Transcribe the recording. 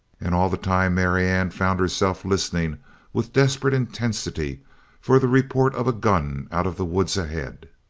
and all the time marianne found herself listening with desperate intensity for the report of a gun out of the woods ahead!